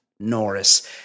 norris